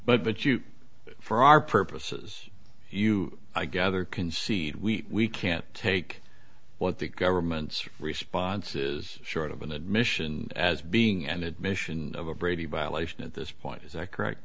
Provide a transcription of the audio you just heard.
but you for our purposes you i gather concede we can't take what the government's response is short of an admission as being an admission of a brady violation at this point is that correct